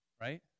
right